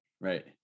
Right